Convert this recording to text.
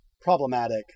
problematic